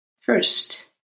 first